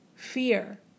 fear